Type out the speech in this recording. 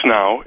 now